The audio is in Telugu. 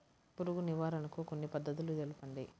పురుగు నివారణకు కొన్ని పద్ధతులు తెలుపండి?